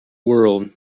world